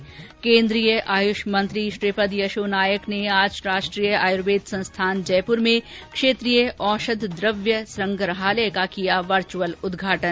ं केन्द्रीय आयुष मंत्री श्रीपद यशो नाईक ने आज राष्ट्रीय आयुर्वेद संस्थान जयपुर में क्षेत्रीय औषध द्रव्य संग्रहालय का किया वर्चुअल उद्घाटन